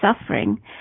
suffering